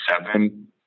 seven